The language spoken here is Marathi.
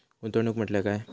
गुंतवणूक म्हटल्या काय?